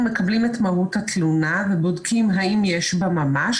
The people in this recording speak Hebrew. אנחנו מקבלים את מהות התלונה ובודקים האם יש בה ממש.